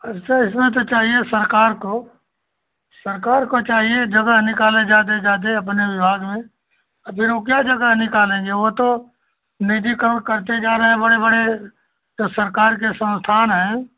ऐसे इसमें तो चाहिए सरकार को सरकार को चाहिए जगह निकाले ज़्यादा ज़्यादा अपने विभाग में अब वह क्या जगह निकालेंगे वह तो निजीकरण करते जा रहें बड़े बड़े तो सरकार के संस्थान हैं